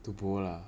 to bould lah